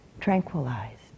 tranquilized